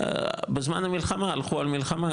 בזמן המלחמה הלכו על מלחמה,